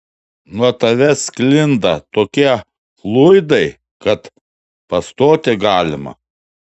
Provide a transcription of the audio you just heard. nuo tavęs sklinda tokie fluidai kad pastoti galima